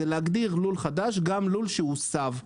להגדיר לול חדש גם לול שהוסב,